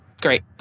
great